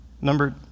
number